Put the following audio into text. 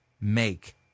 make